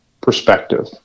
perspective